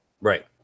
right